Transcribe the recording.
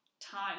time